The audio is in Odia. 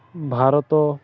ଭାରତ